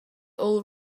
all